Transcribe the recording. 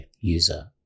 user